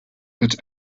that